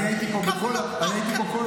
אני הייתי פה כל היום.